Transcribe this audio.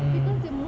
mm